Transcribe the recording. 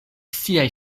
siaj